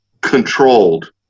controlled